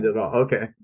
okay